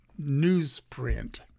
newsprint